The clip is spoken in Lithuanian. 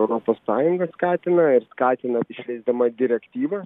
europos sąjunga skatina ir skatina išleisdama direktyvas